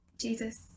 Jesus